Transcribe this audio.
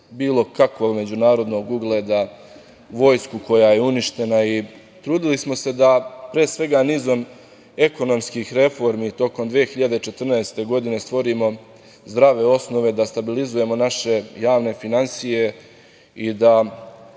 bilo kakvog međunarodnog ugleda, vojsku koja je uništena i trudili smo se da, pre svega nizom ekonomskih reformi tokom 2014. godine, stvorimo zdrave osnove da stabilizujemo naše javne finansije i da